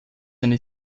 eine